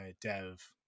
dev